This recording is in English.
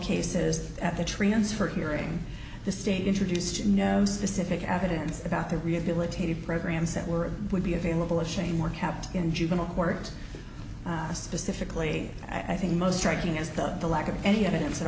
cases at the transfer hearing the state introduced no specific evidence about the rehabilitative programs that were would be available as shame or kept in juvenile court specifically i think most striking is the lack of any evidence